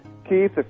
Keith